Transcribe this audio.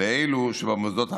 לאלו שבמוסדות הרשמיים,